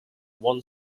one